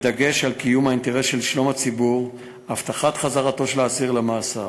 בדגש על קיום האינטרס של שלום הציבור והבטחת חזרתו של האסיר למאסר.